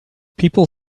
people